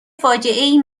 فاجعهای